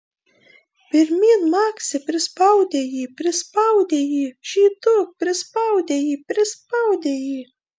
pirmyn maksi prispaudei jį prispaudei jį žyduk prispaudei jį prispaudei jį